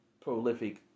prolific